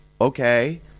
Okay